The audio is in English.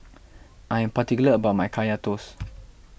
I am particular about my Kaya Toast